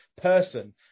person